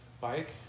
bike